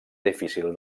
difícil